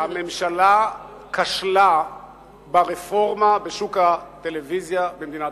הממשלה כשלה ברפורמה בשוק הטלוויזיה במדינת